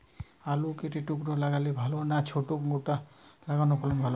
আলু কেটে টুকরো লাগালে ভাল না ছোট গোটা লাগালে ফলন ভালো হবে?